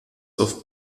auf